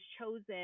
chosen